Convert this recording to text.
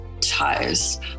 ties